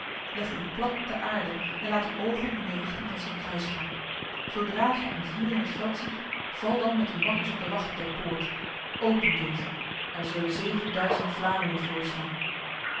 leg u plat ter aarde en laat uw ogen in de richting van st kruis gaan zodra gij een vuur in het veld ziet val dan met uw makkers op de wacht der poort open deze zullen zevenduizend vlamingen voor staan